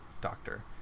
doctor